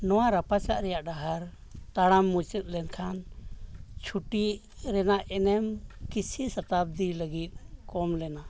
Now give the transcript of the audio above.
ᱱᱚᱣᱟ ᱨᱟᱯᱟᱪᱟᱜ ᱨᱮᱱᱟᱜ ᱰᱟᱦᱟᱨ ᱛᱟᱲᱟᱢ ᱢᱩᱪᱟᱹᱫ ᱞᱮᱱᱠᱷᱟᱱ ᱪᱷᱩᱴᱤ ᱨᱮᱱᱟᱜ ᱮᱱᱮᱢ ᱠᱤᱪᱷᱩ ᱥᱚᱛᱟᱵᱫᱤ ᱞᱟᱹᱜᱤᱫ ᱠᱚᱢ ᱞᱮᱱᱟ